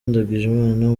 ndagijimana